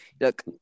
Look